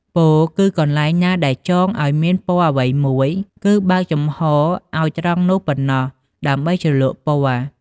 ពោលគឺកន្លែងណាដែលចង់ឱ្យមានពណ៌អ្វីមួយ គេបើកចំហតែត្រង់នោះប៉ុណ្ណោះ ដើម្បីជ្រលក់ល័ក្ត ។